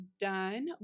done